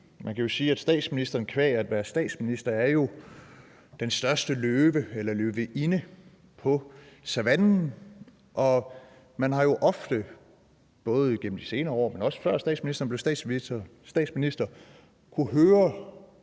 Man kan jo sige, at statsministeren qua at være statsminister jo er den største løve eller løvinde på savannen, og man har jo ofte, både igennem de senere år, men også før statsministeren blev statsminister, kunnet høre